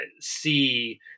see